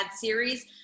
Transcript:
series